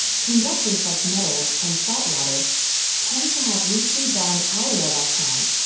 conductors like metals and salt water tend to have loosely bound outer electrons,